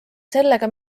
sellega